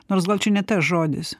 nors gal čia ne tas žodis